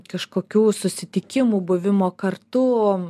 kažkokių susitikimų buvimo kartu